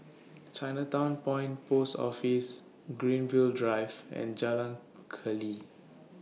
Chinatown Point Post Office Greenfield Drive and Jalan Keli